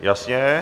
Jasně.